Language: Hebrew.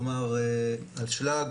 כלומר אשלג,